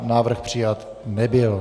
Návrh přijat nebyl.